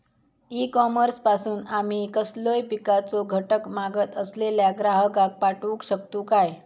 E commerce पासून आमी कसलोय पिकाचो घटक मागत असलेल्या ग्राहकाक पाठउक शकतू काय?